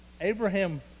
Abraham